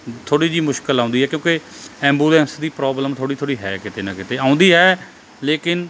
ਥੋੜ੍ਹੀ ਜਿਹੀ ਮੁਸ਼ਕਿਲ ਆਉਂਦੀ ਹੈ ਕਿਉਂਕਿ ਐਬੂਲੈਂਸ ਦੀ ਪ੍ਰੋਬਲਮ ਥੋੜ੍ਹੀ ਥੋੜ੍ਹੀ ਹੈ ਕਿਤੇ ਨਾ ਕਿਤੇ ਆਉਂਦੀ ਹੈ ਲੇਕਿਨ